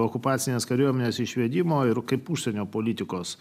okupacinės kariuomenės išvedimo ir kaip užsienio politikos